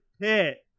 pit